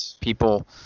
people